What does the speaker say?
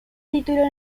título